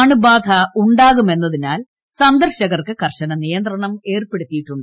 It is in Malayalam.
അണുബാധ ഉണ്ടാകുമെന്നുതിനാൽ സന്ദർശകർക്ക് കർശന നിയന്ത്രണം ഏർപ്പെടുത്തിയിട്ടുണ്ട്